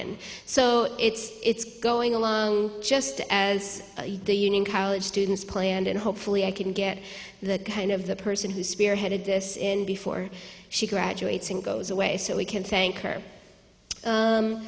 n so it's it's going along just as the union college students planned and hopefully i can get the kind of the person who spearheaded this before she graduates and goes away so we can say inc